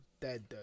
Dead